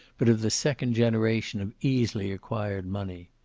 but of the second generation of easily acquired money.